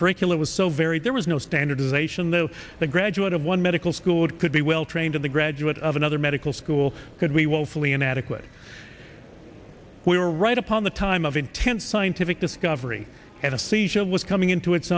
curriculum was so varied there was no standardization though the graduate of one medical school would could be well trained in the graduate of another medical school could we will fully inadequate we were right upon the time of intense scientific discovery had a seizure was coming into its